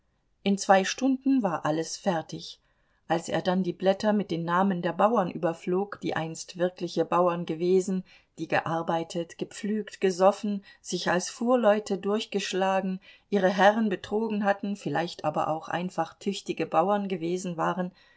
in zwei stunden war alles fertig als er dann die blätter mit den namen der bauern überflog die einst wirkliche bauern gewesen die gearbeitet gepflügt gesoffen sich als fuhrleute durchgeschlagen ihre herren betrogen hatten vielleicht aber auch einfach tüchtige bauern gewesen waren